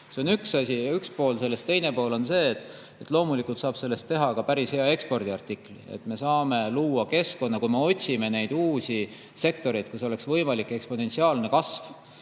See on üks pool sellest. Teine pool on see, et loomulikult saab sellest teha ka päris hea ekspordiartikli. Me saame luua keskkonna, kus me otsime uusi sektoreid, kus oleks võimalik eksponentsiaalne kasv.